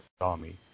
army